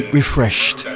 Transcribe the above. refreshed